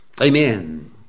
Amen